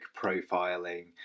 profiling